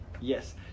Yes